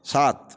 সাত